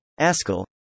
Askel